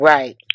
Right